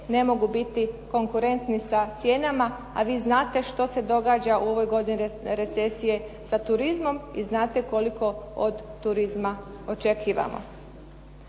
ne mogu biti konkurentni sa cijenama, a vi znate što se događa u ovoj godini recesije sa turizmom i znate koliko od turizma očekujemo.